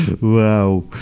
Wow